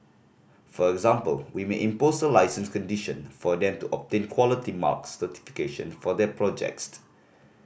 for example we may impose a licence condition for them to obtain Quality Marks certification for their project